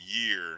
year